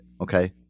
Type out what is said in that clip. okay